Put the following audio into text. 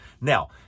Now